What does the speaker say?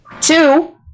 Two